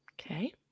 Okay